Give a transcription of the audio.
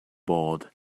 bored